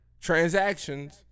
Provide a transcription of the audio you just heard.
Transactions